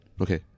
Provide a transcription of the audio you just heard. Okay